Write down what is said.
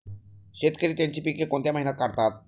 शेतकरी त्यांची पीके कोणत्या महिन्यात काढतात?